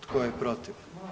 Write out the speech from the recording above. Tko je protiv?